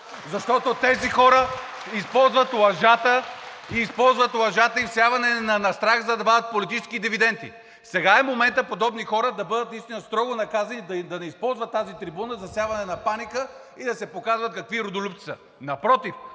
защото тези хора използват лъжата и всяване на страх, за да вадят политически дивиденти. Сега е моментът подобни хора да бъдат наистина строго наказани, да не използват тази трибуна за всяване на паника и да се показват какви родолюбци са. Напротив,